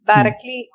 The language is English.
Directly